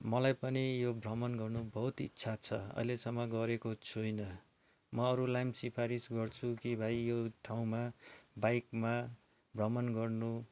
मलाई पनि यो भ्रमण गर्नु बहुत इच्छा छ अहिलेसम्म गरेको छुइनँ म अरूलाई पनि सिफारिस गर्छु कि भाइ यो ठाउँमा बाइकमा भ्रमण गर्नु